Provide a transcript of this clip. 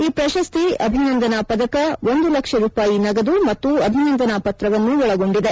ಈ ಪ್ರಶಸ್ತಿ ಅಭಿನಂದನಾ ಪದಕ ಒಂದು ಲಕ್ಷ ರೂಪಾಯಿ ನಗದು ಮತ್ತು ಅಭಿನಂದನಾ ಪತ್ರವನ್ನು ಒಳಗೊಂಡಿದೆ